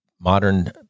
modern